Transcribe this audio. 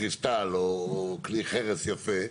קריסטל או כלי חרס יפה,